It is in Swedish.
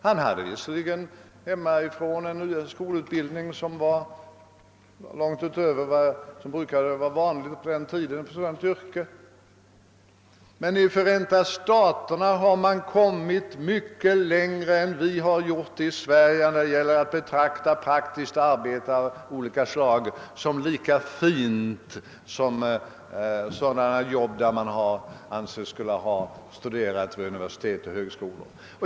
Han hade hemifrån med sig en skolutbildning som var långt högre än vad som vid den tiden var vanligt i ett sådant yrke, men i Förenta staterna har man kommit mycket längre än vi har gjort i Sverige när det gäller att betrakta praktiskt arbete som lika fint som sådana yrken, vilkas utövare brukar ha studerat vid universitet och högskolor.